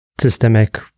systemic